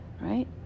right